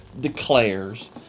declares